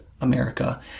America